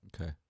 Okay